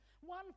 one